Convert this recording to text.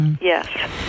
Yes